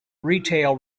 retail